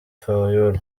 fayulu